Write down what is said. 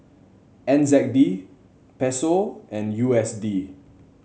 N Z D Peso and U S D